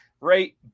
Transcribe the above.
right